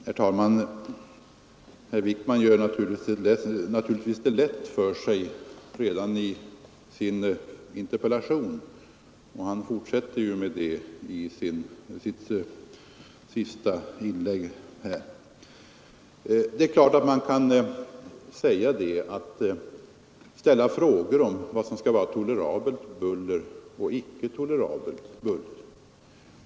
Herr talman! Herr Wijkman gör det naturligtvis lätt för sig redan i sin interpellation, och han fortsätter med det i sitt inlägg här. Det är klart att man kan ställa frågor om vad som skall vara tolerabelt buller och icke tolerabelt buller.